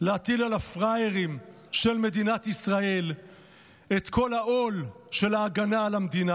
להטיל על הפראיירים של מדינת ישראל את כל העול של ההגנה על המדינה.